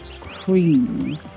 cream